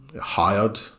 hired